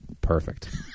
Perfect